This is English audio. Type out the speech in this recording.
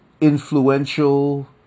influential